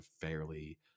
fairly